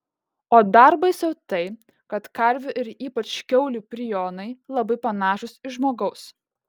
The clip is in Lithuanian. o dar baisiau tai kad karvių ir ypač kiaulių prionai labai panašūs į žmogaus